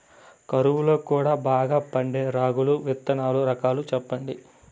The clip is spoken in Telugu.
కరువు లో కూడా బాగా పండే రాగులు విత్తనాలు రకాలు చెప్పండి?